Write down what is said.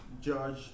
Judge